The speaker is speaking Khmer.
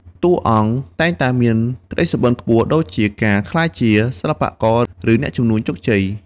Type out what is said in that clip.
តួអង្គ តែងតែមានក្តីសុបិនខ្ពស់ ដូចជាការក្លាយជាសិល្បករ ឬអ្នកជំនួញជោគជ័យ។